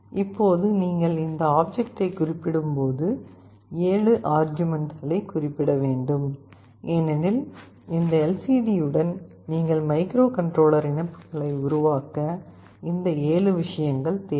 இப்போது நீங்கள் இந்த ஆப்ஜெக்டைக் குறிப்பிடும்போது 7 ஆர்க்யூமென்ட்களை குறிப்பிடப்பட வேண்டும் ஏனெனில் இந்த LCDயுடன் நீங்கள் மைக்ரோகண்ட்ரோலர் இணைப்புகளை உருவாக்க இந்த 7 விஷயங்கள் தேவை